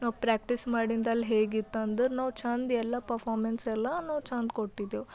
ನಾವು ಪ್ರ್ಯಾಕ್ಟೀಸ್ ಮಾಡಿದ್ದಲ್ಲಿ ಹೇಗೆ ಇತ್ತು ಅಂದ್ರೆ ನಾವು ಚೆಂದ ಎಲ್ಲ ಪಫಾಮನ್ಸ್ ಎಲ್ಲ ನಾವು ಚೆಂದ ಕೊಟ್ಟಿದ್ದೇವೆ